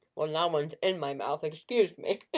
well now one's in my mouth, excuse me,